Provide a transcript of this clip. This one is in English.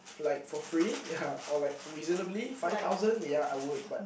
like for free ya oh like reasonable five thousand ya I would but